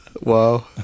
Wow